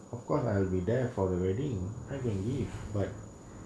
of course I will be there for the wedding I can give but